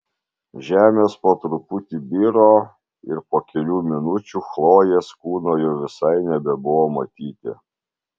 žemės po truputį biro ir po kelių minučių chlojės kūno jau visai nebebuvo matyti